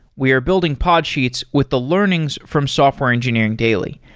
we are building podsheets with the learnings from software engineering daily,